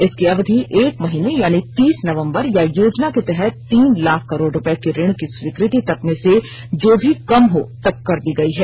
इसकी अवधि एक महीने यानी तीस नवम्बर या योजना के तहत तीन लाख करोड़ रुपए के ऋण की स्वीकृति तक में से जो भी कम हो तक कर दी गई है